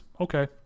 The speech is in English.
Okay